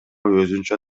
өзүнчө